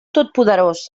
totpoderós